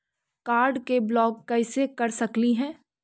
Card के block कैसे कर सकली हे?